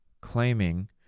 claiming